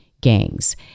gangs